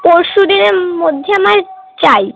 পরশু দিনের মধ্যে আমার চাই